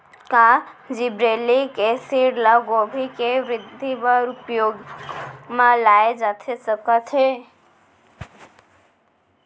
का gibberellic acid ल गोभी के वृद्धि बर उपयोग म लाये जाथे सकत हे?